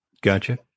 Gotcha